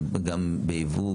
זה גם בייבוא,